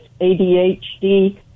ADHD